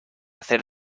hacer